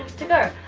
to go.